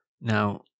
Now